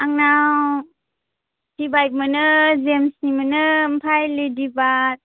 आंनाव सिटिबाइक मोनो जेन्सनि मोनो ओमफाय लेडिबार्ड